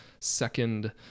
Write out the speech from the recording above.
second